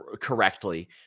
correctly